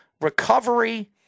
recovery